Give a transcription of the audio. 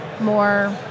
more